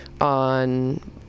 on